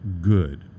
good